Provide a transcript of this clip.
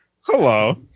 Hello